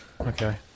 Okay